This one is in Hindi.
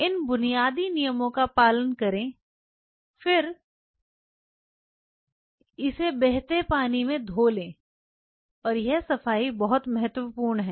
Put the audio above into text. इन बुनियादी नियमों का पालन करें फिर इसे बहते पानी में धो लें और यह सफाई बहुत महत्वपूर्ण है